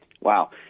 Wow